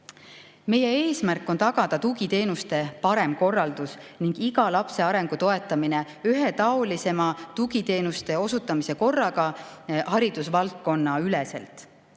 Meie eesmärk on tagada tugiteenuste parem korraldus ning iga lapse arengu toetamine ühetaolisema tugiteenuste osutamise korraga haridusvaldkonnaüleselt.